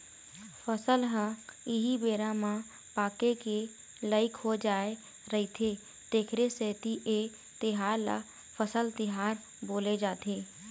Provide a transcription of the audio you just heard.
फसल ह एही बेरा म पाके के लइक हो जाय रहिथे तेखरे सेती ए तिहार ल फसल तिहार बोले जाथे